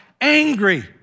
angry